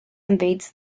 invades